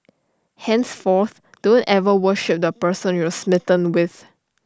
henceforth don't ever worship the person you're smitten with